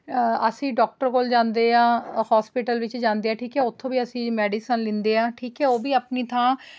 ਅ ਅਸੀਂ ਡਾਕਟਰ ਕੋਲ ਜਾਂਦੇ ਹਾਂ ਹੌਸਪੀਟਲ ਵਿੱਚ ਜਾਂਦੇ ਹਾਂ ਠੀਕ ਹੈ ਉੱਥੋਂ ਵੀ ਅਸੀਂ ਮੈਡੀਸਨ ਲੈਂਦੇ ਹਾਂ ਠੀਕ ਹੈ ਉਹ ਵੀ ਆਪਣੀ ਥਾਂ